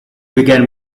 began